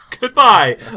Goodbye